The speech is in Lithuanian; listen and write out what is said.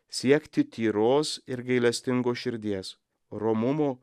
siekti tyros ir gailestingos širdies romumo